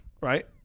right